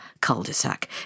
cul-de-sac